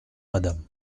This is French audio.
madame